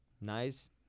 nice